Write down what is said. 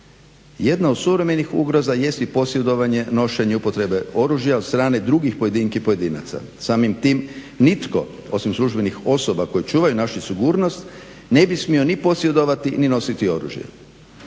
Jedna od suvremenih ugroza jest i posjedovanje, nošenje upotrebe oružja od strane drugih pojedinki i pojedinaca. Samim tim nitko osim službenih osoba koje čuvaju našu sigurnost ne bi smio ni posjedovati ni nositi oružje.